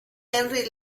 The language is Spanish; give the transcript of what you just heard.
henry